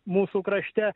mūsų krašte